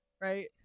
right